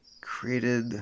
created